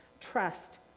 trust